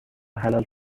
حلال